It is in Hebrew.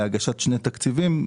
בהגשת שני תקציבים,